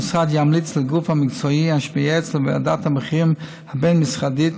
המשרד ימליץ לגוף המקצועי המייעץ לוועדת המחירים הבין-משרדית,